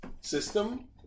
system